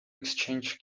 exchange